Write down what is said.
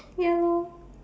ya lor